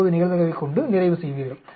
0039 நிகழ்தகவைக் கொண்டு நிறைவு செய்வீர்கள்